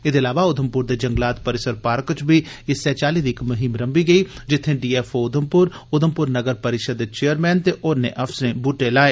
एह्दे इलावा उधमपुर दे जंगलात परिसर पार्क च बी इस्सै चाल्ली दी इक मुहिम रंमी गेई जित्थें डीएफओ उधमपुर उधमपुर नगर परिशद दे चेयरैन ते होरने अफसरें बूहटे लाए